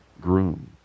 groom